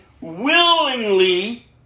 willingly